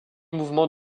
mouvement